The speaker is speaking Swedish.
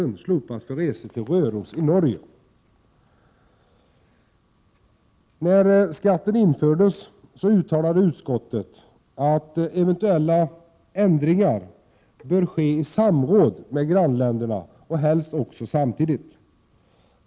När skatten infördes uttalade utskottet att eventuella ändringar bör ske i samråd med grannländerna och helst också samtidigt.